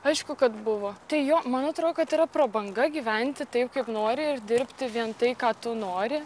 aišku kad buvo tai jo man atrodo kad yra prabanga gyventi taip kaip nori ir dirbti vien tai ką tu nori